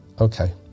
okay